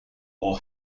are